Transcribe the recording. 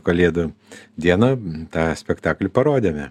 kalėdų dieną tą spektaklį parodėme